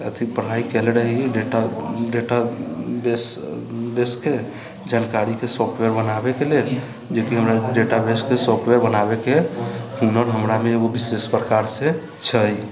अथी पढ़ाई कयले रही डेटा डेटाबेस के जानकारीके सॉफ़्टवेयर बनाबैके लेल जेकि हमरा डेटाबेसके सोफ्टवेयर बनाबैके हुनर हमरामे ओ विशेष प्रकार से छै